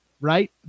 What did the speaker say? right